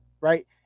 Right